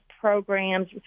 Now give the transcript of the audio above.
programs